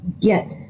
get